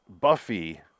Buffy